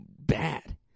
bad